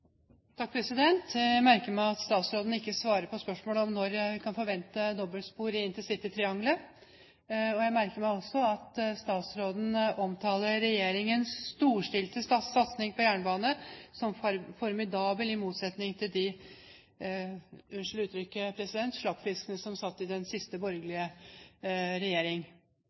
Jeg merker meg at statsråden ikke svarer på spørsmål om når en kan forvente dobbeltspor i intercitytriangelet. Jeg merker meg også at statsråden omtaler regjeringens storstilte satsing på jernbane som formidabel, i motsetning til den de – unnskyld uttrykket – slappfiskene som satt i den siste borgerlige